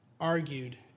argued